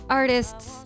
artists